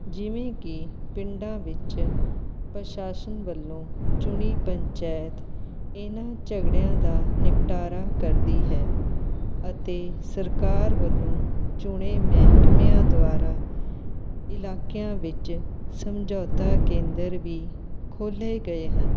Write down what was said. ਜਿਵੇਂ ਕਿ ਪਿੰਡਾਂ ਵਿੱਚ ਪ੍ਰਸ਼ਾਸਨ ਵੱਲੋਂ ਚੁਣੀ ਪੰਚਾਇਤ ਇਹਨਾਂ ਝਗੜਿਆਂ ਦਾ ਨਿਪਟਾਰਾ ਕਰਦੀ ਹੈ ਅਤੇ ਸਰਕਾਰ ਵੱਲੋਂ ਚੁਣੇ ਮਹਿਕਮਿਆਂ ਦੁਆਰਾ ਇਲਾਕਿਆਂ ਵਿੱਚ ਸਮਝੌਤਾ ਕੇਂਦਰ ਵੀ ਖੋਲ੍ਹੇ ਗਏ ਹਨ